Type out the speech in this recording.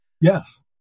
yes